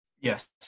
Yes